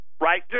right